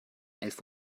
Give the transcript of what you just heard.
elf